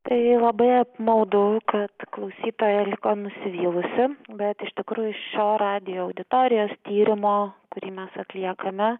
tai labai apmaudu kad klausytoja liko nusivylusi bet iš tikrųjų šio radijo auditorijos tyrimo kurį mes atliekame